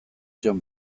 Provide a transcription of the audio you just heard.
zion